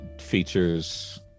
features